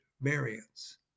variants